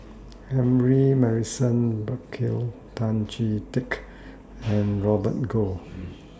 Humphrey Morrison Burkill Tan Chee Teck and Robert Goh